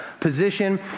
position